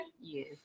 Yes